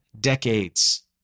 decades